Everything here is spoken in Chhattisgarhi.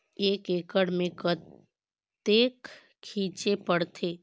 एक एकड़ मे कतेक छीचे पड़थे?